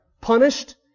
punished